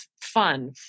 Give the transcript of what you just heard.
fun